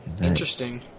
Interesting